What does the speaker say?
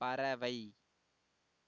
பறவை